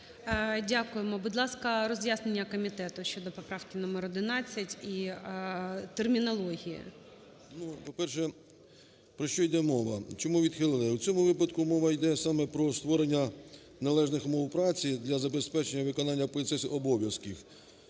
Дякуємо. Будь ласка, роз'яснення комітету щодо поправки номер 11 і термінології. 12:55:54 ПАЛАМАРЧУК М.П. По-перше, про що йде мова, чому відхилили. У цьому випадку мова йде саме про створення належних умов праці для забезпечення і виконання поліцейських обов'язків.